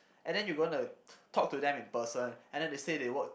and then you going to talk to them in person and then they say they work